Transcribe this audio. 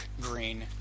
green